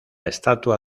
estatua